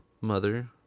mother